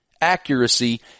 accuracy